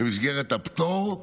במסגרת הפטור,